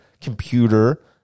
computer